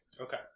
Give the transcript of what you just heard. Okay